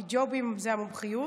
כי ג'ובים זה המומחיות.